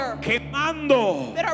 quemando